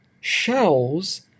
Shell's